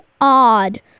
odd